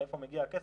מאיפה מגיע הכסף,